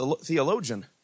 theologian